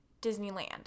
Disneyland